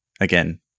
again